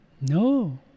No